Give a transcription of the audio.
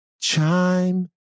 chime